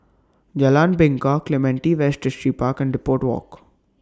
Jalan Bingka Clementi West Distripark and Depot Walk